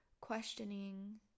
questioning